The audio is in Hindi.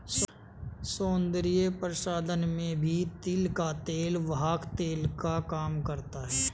सौन्दर्य प्रसाधन में भी तिल का तेल वाहक तेल का काम करता है